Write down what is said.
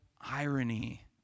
irony